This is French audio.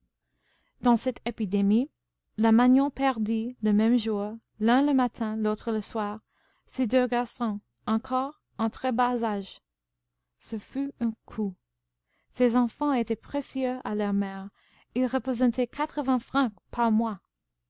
dans cette épidémie la magnon perdit le même jour l'un le matin l'autre le soir ses deux garçons encore en très bas âge ce fut un coup ces enfants étaient précieux à leur mère ils représentaient quatre-vingts francs par mois